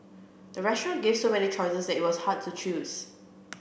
the restaurant gave so many choices that it was hard to choose